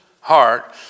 heart